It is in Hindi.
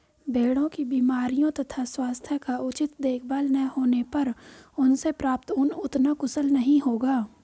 भेड़ों की बीमारियों तथा स्वास्थ्य का उचित देखभाल न होने पर उनसे प्राप्त ऊन उतना कुशल नहीं होगा